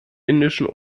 indischen